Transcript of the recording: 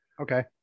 Okay